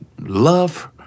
love